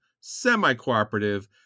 semi-cooperative